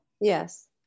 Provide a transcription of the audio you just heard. Yes